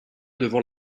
devant